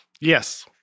Yes